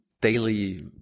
daily